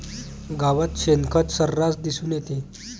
गावात शेणखत सर्रास दिसून येते